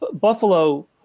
Buffalo